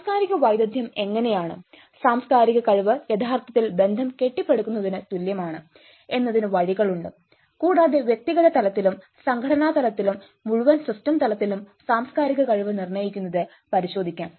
സാംസ്കാരിക വൈദഗ്ധ്യം എങ്ങനെയാണ് സാംസ്കാരിക കഴിവ് യഥാർത്ഥത്തിൽ ബന്ധം കെട്ടിപ്പടുക്കുന്നതിന് തുല്യമാണ് എന്നതിന് വഴികളുണ്ട് കൂടാതെ വ്യക്തിഗത തലത്തിലും സംഘടനാ തലത്തിലും മുഴുവൻ സിസ്റ്റം തലത്തിലും സാംസ്കാരിക കഴിവ് നിർണ്ണയിക്കുന്നത് പരിശോധിക്കാം